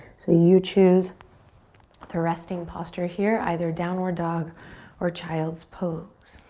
so you choose the resting posture here, either downward dog or child's pose.